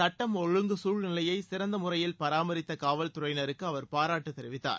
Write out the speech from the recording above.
சுட்டம் ஒழுங்கு சூழ்நிலையை சிறந்த முறையில் பராமரித்த காவல்துறையினருக்கு அவர் பாராட்டு தெரிவித்தார்